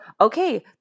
okay